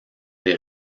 des